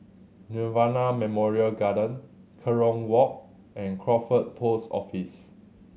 Nirvana Memorial Garden Kerong Walk and Crawford Post Office